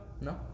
No